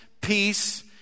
peace